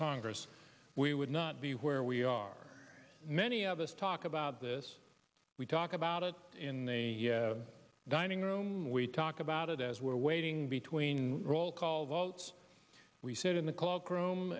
congress we would not be where we are many of us talk about this we talk about it in the dining room we talk about it as we're waiting between roll call votes we sit in the cloak room